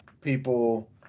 people